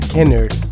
Kennard